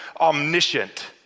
omniscient